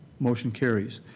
motion carries.